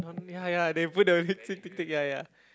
ya ya they put the ya ya